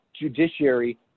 Judiciary